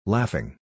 Laughing